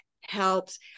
helps